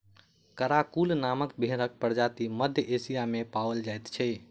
Karakul नामक भेंड़क प्रजाति मध्य एशिया मे पाओल जाइत छै